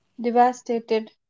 devastated